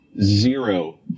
zero